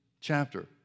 chapter